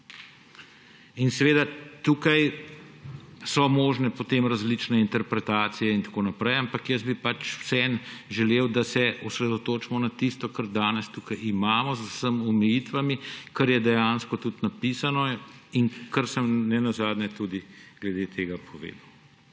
okvir. Tukaj so možne potem različne interpretacije in tako naprej, ampak jaz bi vseeno želel, da se osredotočimo na tisto, kar danes tukaj imamo, z vsemi omejitvami, kar je dejansko tudi napisano in kar sem ne nazadnje tudi glede tega povedal.